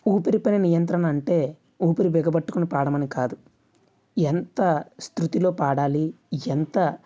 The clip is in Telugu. ఊపిరి పైన నియంత్రణ అంటే ఊపిరి బిగబట్టుకుని పాడమని కాదు ఎంత స్తృతిలో పాడాలి ఎంత